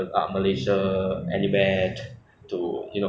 ah like 不管去哪边 hor 可能应该要做 blood test